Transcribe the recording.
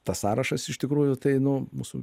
tas sąrašas iš tikrųjų tai nu mūsų